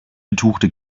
betuchte